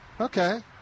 Okay